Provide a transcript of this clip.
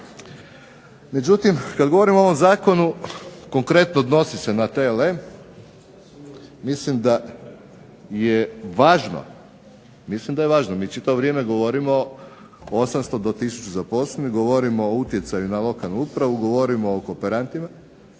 Međutim, kada govorim o ovom zakonu konkretno odnosi se na TLM. Mislim da je važno mi čitavo vrijeme govorimo o 800 do tisuću zaposlenih, govorimo o utjecaju na lokalnu upravu, govorimo o kooperantima,